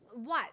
what